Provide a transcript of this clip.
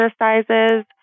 exercises